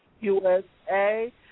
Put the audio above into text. USA